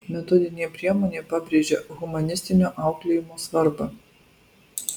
metodinė priemonė pabrėžia humanistinio auklėjimo svarbą